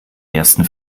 ersten